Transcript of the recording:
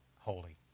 holy